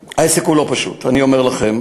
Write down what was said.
העסק הוא לא פשוט, אני אומר לכם.